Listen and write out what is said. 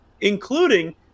including